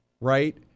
right